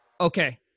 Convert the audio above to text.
Okay